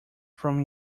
from